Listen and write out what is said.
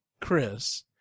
Chris